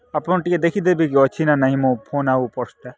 ଆପଣ ଟିକେ ଦେଖିଦେବେକି ଅଛି ନା ନାହିଁ ମୋ ଫୋନ୍ ଆଉ ପର୍ସ୍ଟା